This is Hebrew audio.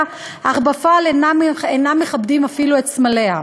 אך בפועל אינם מכבדים אפילו את סמליה.